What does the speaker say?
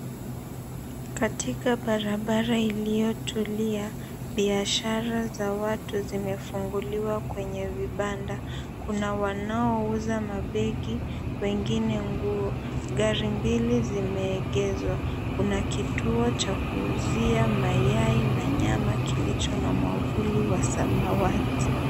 Katika barabara iliyotulia, biashara za watu zimefunguliwa kwenye vibanda. Kuna wanaouza mabegi, wengine nguo, gari mbili zimeegezwa. Kuna kituo cha kuuzia mayai na nyama kilicho na mwavuli wa samawati.